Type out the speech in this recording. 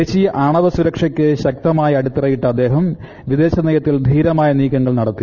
ദേശീയ ആണവ സുരക്ഷയ്ക്ക് ശക്തമായ അടിത്തറയിട്ട അദ്ദേഹം വിദേശനയത്തിൽ ധീരമായ നീക്കങ്ങൾ നടത്തി